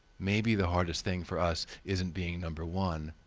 maybe the hardest thing for us isn't being number one,